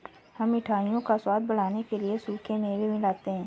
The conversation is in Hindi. हम मिठाइयों का स्वाद बढ़ाने के लिए सूखे मेवे मिलाते हैं